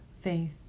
faith